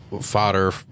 fodder